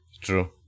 True